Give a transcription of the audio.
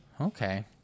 Okay